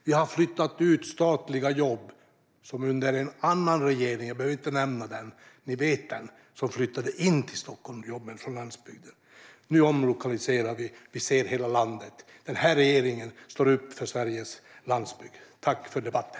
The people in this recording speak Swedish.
Vi har flyttat ut statliga jobb, som under en annan regering - jag behöver inte nämna den, för ni vet vilken - flyttade in till Stockholm från landsbygden. Nu omlokaliserar vi. Vi ser hela landet. Den här regeringen står upp för Sveriges landsbygd. Jag tackar för debatten.